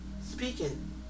speaking